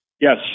Yes